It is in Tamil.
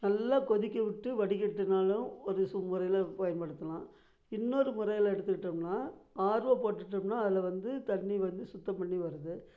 நல்லா கொதிக்கவிட்டு வடிகட்டுனாலும் ஒரு சில முறையில் பயன்படுத்தலாம் இன்னொரு முறையில் எடுத்துகிட்டம்னால் ஆர்ஓ போட்டுடம்னால் அதில் வந்து தண்ணி வந்து சுத்தம் பண்ணி வருது